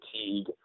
fatigue